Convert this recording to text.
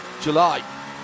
July